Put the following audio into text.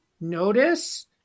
notice